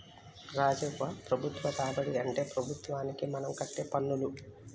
రాజవ్వ ప్రభుత్వ రాబడి అంటే ప్రభుత్వానికి మనం కట్టే పన్నులు